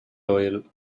oil